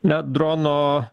na drono